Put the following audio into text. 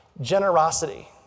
Generosity